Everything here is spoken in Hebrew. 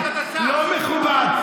זה לא מכובד.